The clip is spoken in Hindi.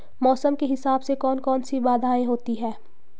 मौसम के हिसाब से कौन कौन सी बाधाएं होती हैं?